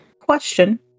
Question